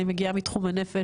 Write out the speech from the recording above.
אני מגיעה מתחום הנפש,